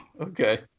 Okay